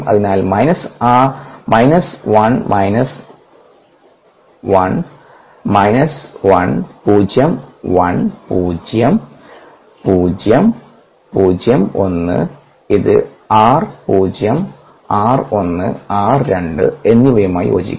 അതിനാൽ minus 1 minus 1 minus 1 പൂജ്യം 1 പൂജ്യം പൂജ്യം പൂജ്യം 1 ഇത് r പൂജ്യം r 1 r 2 എന്നിവയുമായി യോജിക്കുന്നു